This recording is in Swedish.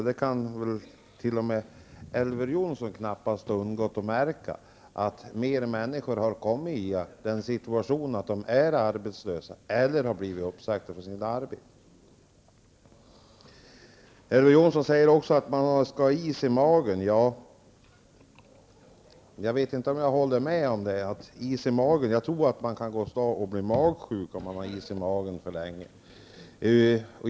Det kan väl inte ens Elver Jonsson ha undgått att märka. Fler människor har hamnat i den situationen att de har blivit arbetslösa eller uppsagda från sina arbeten. Elver Jonsson säger också att man skall ha is i magen. Jag vet inte om jag håller med om det. Jag tror att man kan bli magsjuk om man har is i magen för länge.